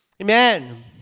Amen